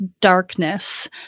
darkness